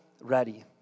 ready